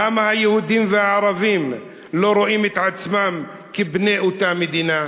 למה היהודים והערבים לא רואים את עצמם כבני אותה מדינה?